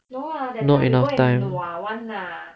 not enough time